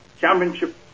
championship